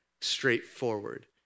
straightforward